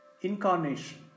Incarnation